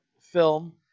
film